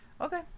Okay